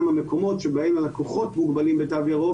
המקומות בהם הלקוחות מוגבלים בתו ירוק,